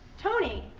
tony,